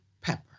Pepper